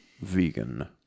vegan